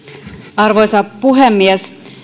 arvoisa puhemies